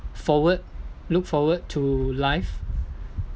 forward look forward to life